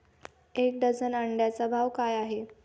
एक डझन अंड्यांचा भाव काय आहे?